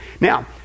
now